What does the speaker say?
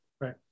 Right